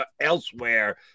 elsewhere